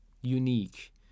unique